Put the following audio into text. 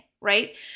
right